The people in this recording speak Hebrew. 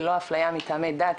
ללא אפליה מטעמי דת,